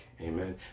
Amen